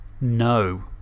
no